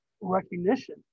recognition